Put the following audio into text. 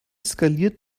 skaliert